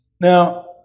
Now